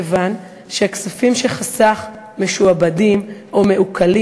כיוון שהכספים שחסך משועבדים או מעוקלים